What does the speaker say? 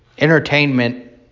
Entertainment